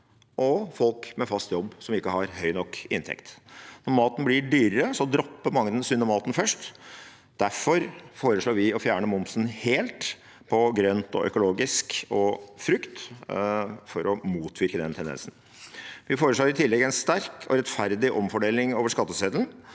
og folk med fast jobb som ikke har høy nok inntekt. Når maten blir dyrere, dropper mange den sunne maten først. Derfor foreslår vi å fjerne momsen helt på grønt og økologisk og frukt, for å motvirke den tendensen. Vi foreslår i tillegg en sterk og rettferdig omfordeling over skatteseddelen